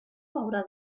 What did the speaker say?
haurà